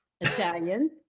Italian